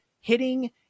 hitting